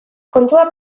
kontua